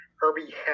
herbie